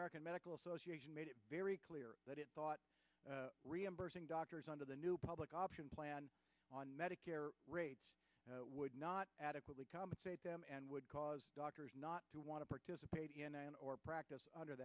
american medical association made it very clear that it thought reimbursing doctors under the new public option plan on medicare rates would not adequately compensate them and would cause doctors not to want to participate in or practice under